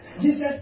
Jesus